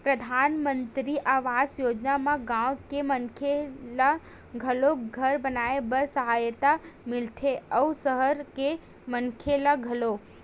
परधानमंतरी आवास योजना म गाँव के मनखे ल घलो घर बनाए बर सहायता मिलथे अउ सहर के मनखे ल घलो